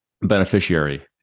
beneficiary